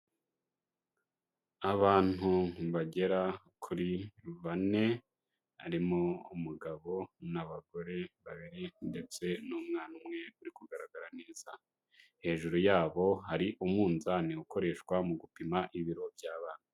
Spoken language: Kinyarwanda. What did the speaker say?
Abantu bagera kuri bane harimo umugabo n'abagore babiri ndetse n'umwana umwe uri kugaragara neza, hejuru yabo hari umunzani ukoreshwa mu gupima ibiro by'abana.